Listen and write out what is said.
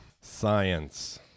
science